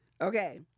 Okay